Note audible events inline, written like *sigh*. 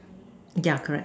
*noise* yeah correct